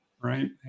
right